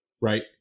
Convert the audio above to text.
right